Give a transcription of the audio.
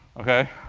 ok?